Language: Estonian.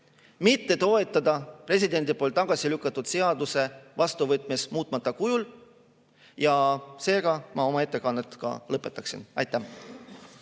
mitte toetada presidendi tagasi lükatud seaduse vastuvõtmist muutmata kujul. Seega ma oma ettekande lõpetaksin. Aitäh!